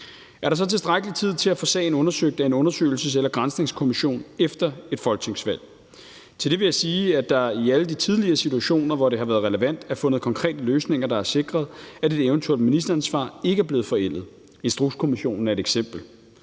Er der så tilstrækkelig tid til at få sagen undersøgt af en undersøgelses- eller granskningskommission efter et folketingsvalg? Til det vil jeg sige, at der i alle de tidligere situationer, hvor det har været relevant, er fundet konkrete løsninger, der har sikret, at et eventuelt ministeransvar ikke er blevet forældet. Instrukskommissionen er et eksempel.